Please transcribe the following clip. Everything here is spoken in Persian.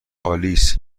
آلیس